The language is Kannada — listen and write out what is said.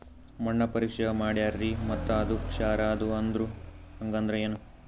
ಮಣ್ಣ ಪರೀಕ್ಷಾ ಮಾಡ್ಯಾರ್ರಿ ಮತ್ತ ಅದು ಕ್ಷಾರ ಅದ ಅಂದ್ರು, ಹಂಗದ್ರ ಏನು?